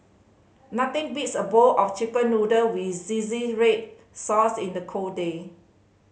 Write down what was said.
nothing beats a bowl of Chicken Noodle with red sauce in the cold day